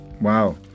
Wow